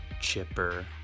chipper